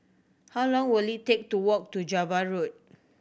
how long will it take to walk to Java Road